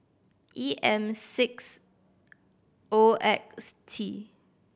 E M six O X T